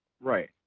Right